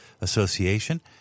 Association